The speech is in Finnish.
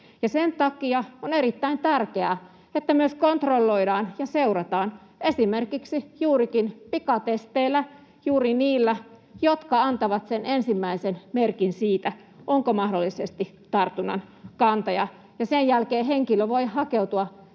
Sen takia on erittäin tärkeää, että myös kontrolloidaan ja seurataan esimerkiksi juurikin pikatesteillä, juuri niillä, jotka antavat sen ensimmäisen merkin siitä, onko mahdollisesti tartunnan kantaja, ja sen jälkeen henkilö voi hakeutua